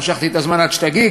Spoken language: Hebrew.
משכתי את הזמן עד שתגיעי,